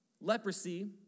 leprosy